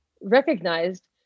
recognized